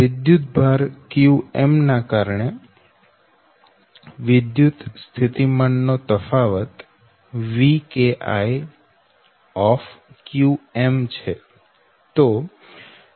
વિદ્યુતભાર qm ના કારણે વિદ્યુત સ્થિતિમાન નો તફાવત Vki છે